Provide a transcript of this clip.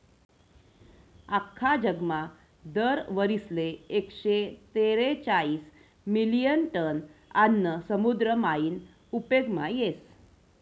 आख्खा जगमा दर वरीसले एकशे तेरेचायीस मिलियन टन आन्न समुद्र मायीन उपेगमा येस